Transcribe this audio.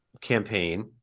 campaign